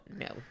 no